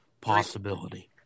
possibility